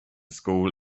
school